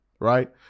right